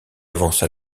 avança